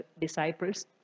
disciples